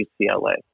UCLA